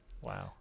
Wow